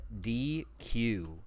DQ